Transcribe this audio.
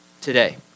today